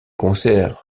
concerts